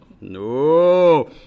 No